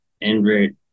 invert